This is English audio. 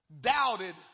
Doubted